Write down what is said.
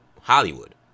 Hollywood